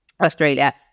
australia